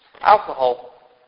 Alcohol